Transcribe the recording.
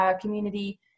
community